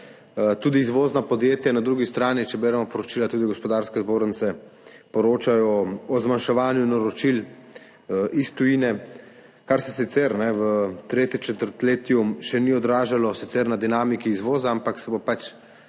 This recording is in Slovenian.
Tudi izvozna podjetja na drugi strani – če beremo poročila, tudi gospodarske zbornice poročajo o zmanjševanju naročil iz tujine, kar se sicer v tretjem četrtletju še ni odražalo na dinamiki izvoza, ampak se bo pač